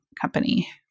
company